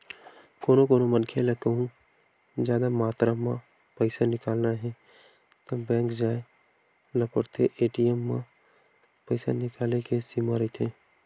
कोनो मनखे ल कहूँ जादा मातरा म पइसा निकालना हे त बेंक जाए ल परथे, ए.टी.एम म पइसा निकाले के सीमा रहिथे